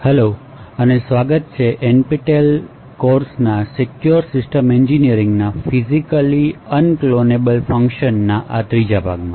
hello અને સ્વાગત છે NPTEL કોર્સ સિક્યુર સિસ્ટમ્સ એન્જિનિયરિંગના ફિજિકલઅનક્લોનેબલ ફંકશનના આ ત્રીજા ભાગમાં